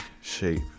shape